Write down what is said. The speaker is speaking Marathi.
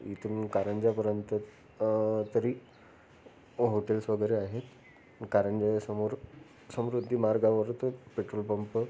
इथून कारंजापर्यंत तरी हो होटेल्स वगैरे आहेत कारंजाच्या समोर समृद्धी मार्गावर तर पेट्रोल पंप